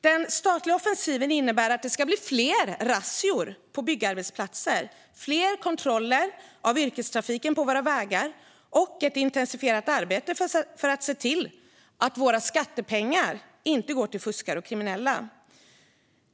Den statliga offensiven innebär att det ska bli fler razzior på byggarbetsplatser, fler kontroller av yrkestrafiken på våra vägar och ett intensifierat arbete för att se till att våra skattepengar inte går till fuskare och kriminella.